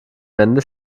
wände